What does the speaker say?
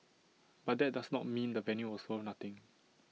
but that does not mean the venue was worth nothing